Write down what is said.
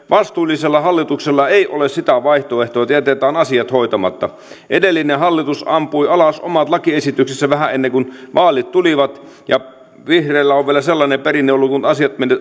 vastuullisella hallituksella vain ei ole sitä vaihtoehtoa että jätetään asiat hoitamatta edellinen hallitus ampui alas omat lakiesityksensä vähän ennen kuin maalit tulivat ja vihreillä on vielä sellainen perinne ollut että kun